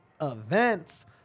events